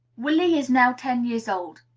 willy is now ten years old.